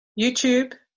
YouTube